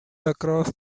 across